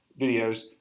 videos